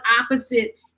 opposite